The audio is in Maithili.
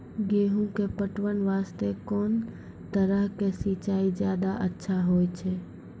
गेहूँ के पटवन वास्ते कोंन तरह के सिंचाई ज्यादा अच्छा होय छै?